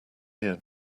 ear